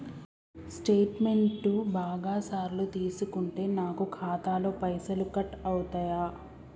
Statement బాగా సార్లు తీసుకుంటే నాకు ఖాతాలో పైసలు కట్ అవుతయా?